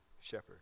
shepherd